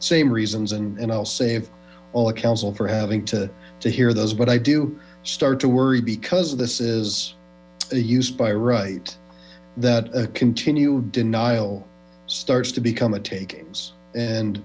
same reasons and i'll save the council for having to to hear those but i do start to worry because this is used by right that continued denial starts to become a